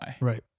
right